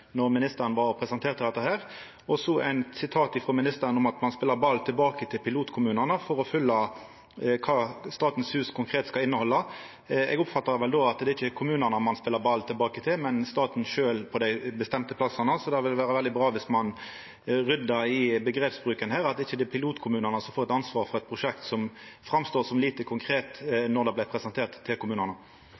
ministeren presenterte dette. Så var det eit sitat frå ministeren om at ein spelar ballen tilbake til pilotkommunane når det gjeld å fylla Statens hus med konkret innhald. Eg oppfattar det slik at det er ikkje kommunane ein spelar ballen tilbake til, men staten sjølv på dei bestemte plassane. Det ville vera veldig bra om ein rydda i bruken av omgrep, og at det ikkje er pilotkommunane som får ansvaret for eit prosjekt som såg lite konkret ut då det vart presentert for kommunane.